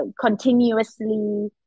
continuously